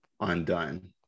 undone